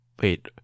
Wait